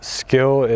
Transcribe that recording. skill